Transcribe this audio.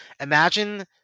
imagine